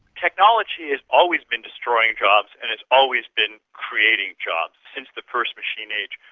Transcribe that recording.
technology has always been destroying jobs and has always been creating jobs, since the first machine age.